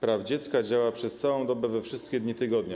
praw dziecka działają przez całą dobę we wszystkie dni tygodnia.